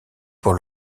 pour